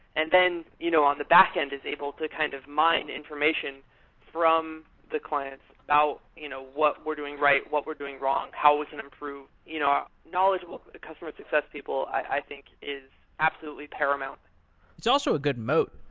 and then, you know on the backend, is able to kind of mine information from the clients about you know what we're doing right, what we're doing wrong, how we can improve. you know knowledge customer success people, i think, is absolutely paramount it's also a good mote.